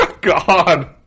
God